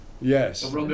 Yes